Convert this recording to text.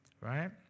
right